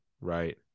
right